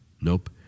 Nope